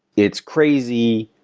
it's crazy,